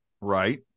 Right